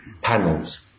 panels